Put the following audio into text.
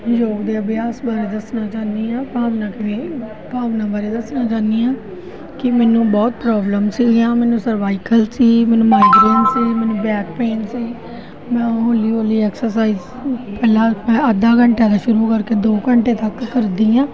ਯੋਗ ਦੇ ਅਭਿਆਸ ਬਾਰੇ ਦੱਸਣਾ ਚਾਹੁੰਦੀ ਹਾਂ ਭਾਵਨਾ ਕਿਵੇਂ ਭਾਵਨਾ ਬਾਰੇ ਦੱਸਣਾ ਚਾਹੁੰਦੀ ਹਾਂ ਕਿ ਮੈਨੂੰ ਬਹੁਤ ਪ੍ਰੋਬਲਮ ਸੀਗੀਆਂ ਮੈਨੂੰ ਸਰਵਾਈਕਲ ਸੀ ਮੈਨੂੰ ਮਾਈਗਰੇਨ ਸੀ ਮੈਨੂੰ ਬੈਕ ਪੇਨ ਸੀ ਮੈਂ ਹੋਲੀ ਹੋਲੀ ਐਕਸਰਸਾਈਜ ਪਹਿਲਾਂ ਅੱਧਾ ਘੰਟਾ ਸ਼ੁਰੂ ਕਰ ਕੇ ਦੋ ਘੰਟੇ ਤੱਕ ਕਰਦੀ ਹਾਂ